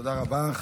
תודה רבה.